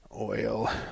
Oil